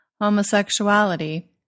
Homosexuality